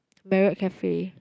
Marriott cafe